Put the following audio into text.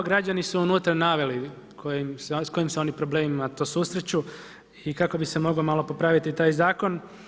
Građani su unutra naveli s kojim se oni to problemima to susreću i kako bi se mogao malo popraviti taj zakon.